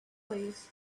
place